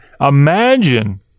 Imagine